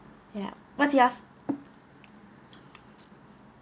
ya what you ask